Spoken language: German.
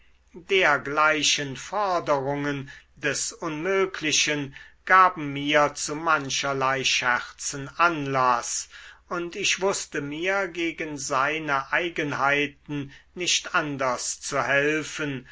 dergleichen forderungen des unmöglichen gaben mir zu mancherlei scherzen anlaß und ich wußte mir gegen seine eigenheiten nicht anders zu helfen